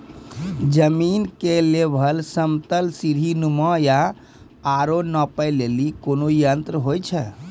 जमीन के लेवल समतल सीढी नुमा या औरो नापै लेली कोन यंत्र होय छै?